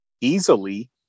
easily